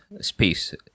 space